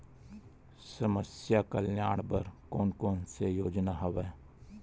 समस्या कल्याण बर कोन कोन से योजना हवय?